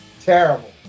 Terrible